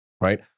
right